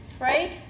Right